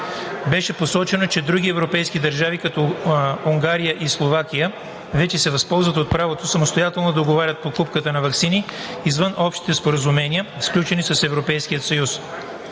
Беше посочено, че други европейски държави, като Унгария и Словакия, вече се възползват от правото самостоятелно да договорят покупката на ваксини извън общите споразумения, сключени от Европейския съюз.